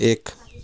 एक